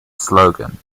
slogan